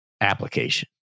application